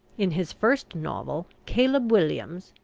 in his first novel, caleb williams,